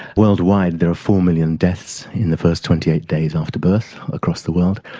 worldwide there are four million deaths in the first twenty eight days after birth across the world.